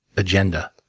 agenda,